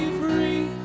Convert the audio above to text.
free